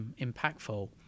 impactful